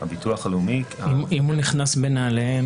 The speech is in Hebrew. אם הוא נכנס בנעליהם.